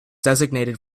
designated